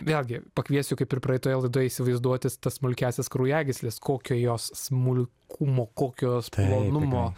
vėlgi pakviesiu kaip ir praeitoje laidoje įsivaizduoti tas smulkiąsias kraujagysles kokio jos smulkumo kokio jos plonumo